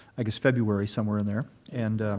like it's february, somewhere in there. and